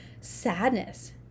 sadness